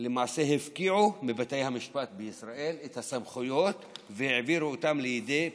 למעשה הפקיעו מבתי המשפט בישראל את הסמכויות והעבירו אותן לידי פקידים.